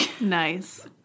Nice